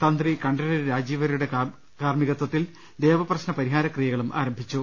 തന്ത്രി കണ്ഠരര് രാജീവരരുടെ കാർമ്മിക്ചത്തിൽ ദേവപ്രശ്ന പരിഹാരക്രിയകളും ആരംഭിച്ചു